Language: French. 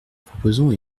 proposons